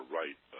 right